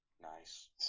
Nice